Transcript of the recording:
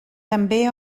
també